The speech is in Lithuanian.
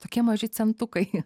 tokie maži centukai